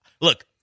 look